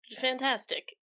fantastic